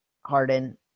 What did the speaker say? Harden